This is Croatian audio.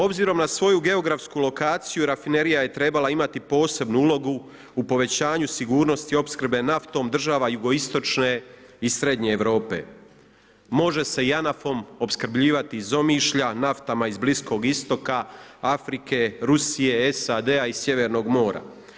Obzirom na svoju geografsku lokaciju rafinerija je trebala imati posebnu ulogu u povećanju sigurnosti opskrbe naftom država Jugoistočne i Srednje Europe, može sa JANAF-om opskrbljivati iz Omišlja, naftama iz Bliskog istoka, Afrike, Rusije i Sjevernog mora.